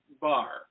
bar